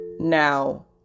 Now